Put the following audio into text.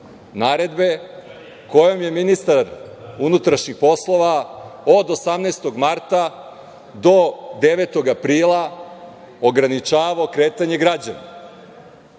naredbe kojom je ministar unutrašnjih poslova od 18. marta do 9. aprila ograničavao kretanje građana,